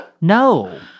No